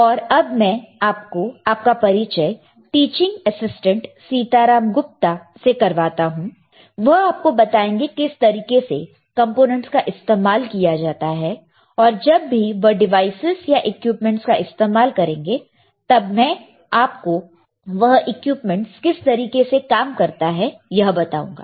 तो अब मैं आपका परिचय टीचिंग असिस्टेंट सीताराम गुप्ता से करवाता हूं वह आपको बताएंगे किस तरीके से कंपोनेंट्स का इस्तेमाल किया जाता है और जब भी वह डिवाइसेस या इक्विपमेंटस का इस्तेमाल करेंगे तब मैं आपको वह इक्विपमेंटस किस तरीके से काम करता है यह बताऊंगा